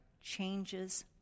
changes